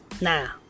Now